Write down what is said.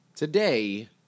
Today